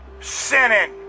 sinning